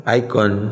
icon